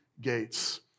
gates